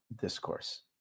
discourse